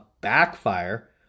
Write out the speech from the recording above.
backfire